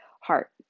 heart